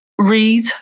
read